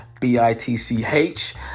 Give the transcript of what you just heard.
B-I-T-C-H